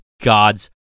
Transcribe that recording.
God's